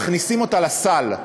מכניסים אותה לסל.